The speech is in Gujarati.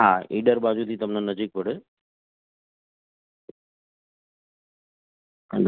હા ઈડર બાજુથી તમને નજીક પડે